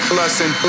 lesson